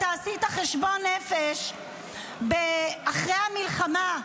אתה עשית חשבון נפש אחרי המלחמה,